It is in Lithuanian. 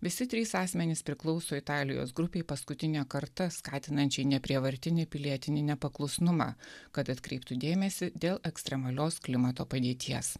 visi trys asmenys priklauso italijos grupei paskutinė karta skatinančiai neprievartinį pilietinį nepaklusnumą kad atkreiptų dėmesį dėl ekstremalios klimato padėties